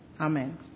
Amen